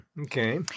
Okay